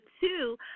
two